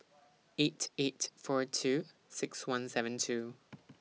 eight eight four two six one seven two